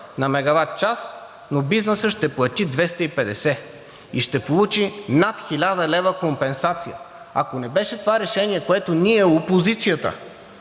на мегаватчас, но бизнесът ще плати 250 и ще получи над 1000 лв. компенсация. Ако не беше това решение, което ние опозицията